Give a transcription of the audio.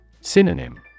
Synonym